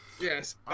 Yes